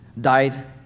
died